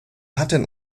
hatten